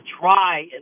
try